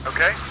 Okay